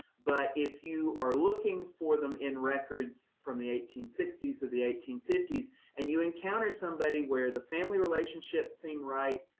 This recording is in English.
but if you are looking for them in records from the eighteen sixty s through the eighteen fifty s and you encounter somebody where the family relationships seem right,